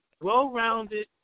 well-rounded